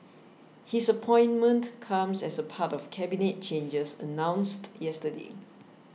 his appointment comes as part of Cabinet changes announced yesterday